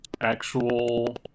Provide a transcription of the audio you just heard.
actual